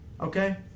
okay